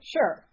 Sure